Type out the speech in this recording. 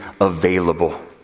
available